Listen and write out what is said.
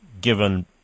given